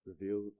Reveal